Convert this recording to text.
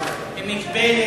אני כבר אמרתי.